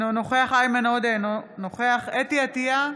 אינו נוכח איימן עודה, אינו נוכח חוה אתי עטייה,